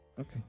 okay